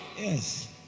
Yes